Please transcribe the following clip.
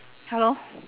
hello